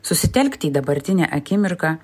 susitelkti į dabartinę akimirką